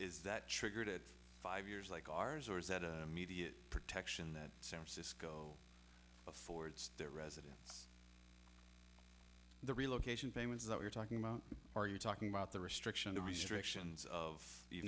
is that triggered at five years like ours or is that a media protection that sam cisco affords their residents the relocation payments that we're talking about are you talking about the restriction the restrictions of you